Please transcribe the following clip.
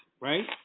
right